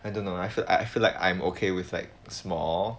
I don't know I feel I feel like I'm okay with like small